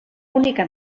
única